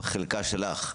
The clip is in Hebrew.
בחלקה שלך,